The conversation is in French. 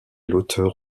l’auteur